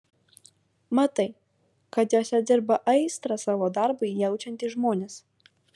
matai kad juose dirba aistrą savo darbui jaučiantys žmonės